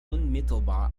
unmittelbar